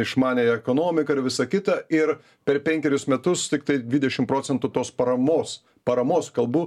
išmaniąją ekonomiką ir visa kita ir per penkerius metus tiktai dvidešim procentų tos paramos paramos kalbu